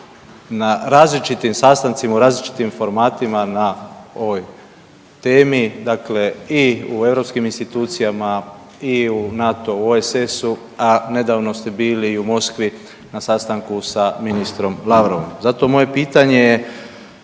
na različitim sastancima u različitim formatima na ovoj temi, dakle i u europskim institucijama i u NATO, OESS-u, a nedavno ste bili i u Moskvi na sastanku sa ministrom Lavrovom. Zato moje pitanje je